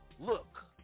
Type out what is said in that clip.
Look